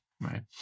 right